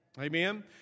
Amen